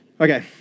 Okay